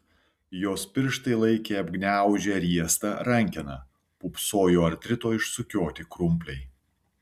jos pirštai laikė apgniaužę riestą rankeną pūpsojo artrito išsukioti krumpliai